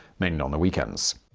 mainly on the weekends.